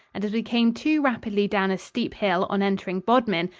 and as we came too rapidly down a steep hill on entering bodmin,